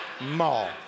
Mall